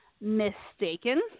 mistaken